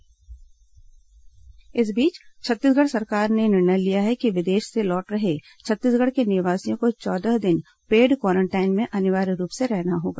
corona राज्य दिशा निर्देश इस बीच छत्तीसगढ़ सरकार ने निर्णय लिया है कि विदेश से लौट रहे छत्तीसगढ़ के निवासियों को चौदह दिन पेड क्वारेंटाइन में अनिवार्य रूप से रहना होगा